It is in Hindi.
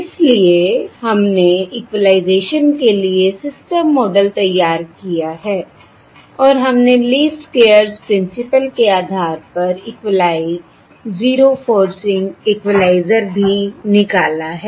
इसलिए हमने इक्वलाइजेशन के लिए सिस्टम मॉडल तैयार किया है और हमने लीस्ट स्क्वेयर्स प्रिंसिपल के आधार पर इक्वलाई ज़ीरो फोर्सिंग इक्वलाइज़र भी निकाला है